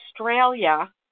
Australia